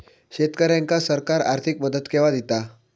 शेतकऱ्यांका सरकार आर्थिक मदत केवा दिता?